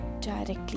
directly